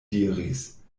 diris